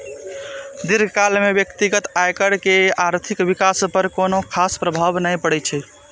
दीर्घकाल मे व्यक्तिगत आयकर के आर्थिक विकास पर कोनो खास प्रभाव नै पड़ै छै